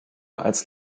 als